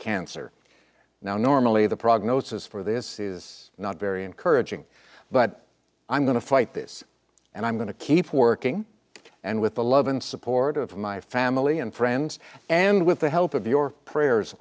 cancer now normally the prognosis for this is not very encouraging but i'm going to fight this and i'm going to keep working and with the love and support of my family and friends and with the help of your prayers